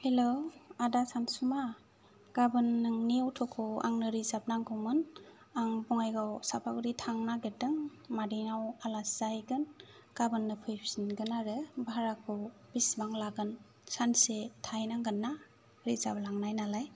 hello आदा सानसुमा गाबोन नोंनि अट'खौ आंनो रिजार्भ नांगौमोन आं बङाइगावआव चापागुरि थांनो नागिरदों मादैनाव आलासि जाहैगोन गाबोननो फैफिनगोन आरो भाराखौ बेसेबां लागोन सानसे थाहैनांगोन ना रिजार्भ लांनाय नालाय